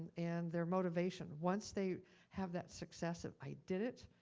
and their motivation. once they have that success of i did it,